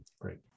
Great